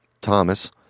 Thomas